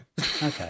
Okay